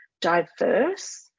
diverse